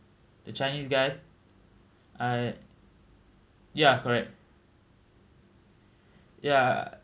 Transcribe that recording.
the chinese guy I ya correct ya